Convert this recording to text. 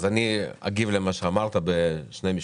אני אגיב על מה שאמרת בשני משפטים.